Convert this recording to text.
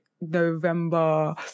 November